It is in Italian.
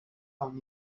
ogni